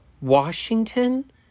Washington